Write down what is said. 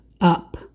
up